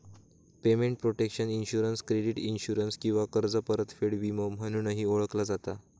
payment protection insurance credit insurance किंवा कर्ज परतफेड विमो म्हणूनही ओळखला जाता